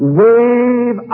wave